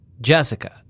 Jessica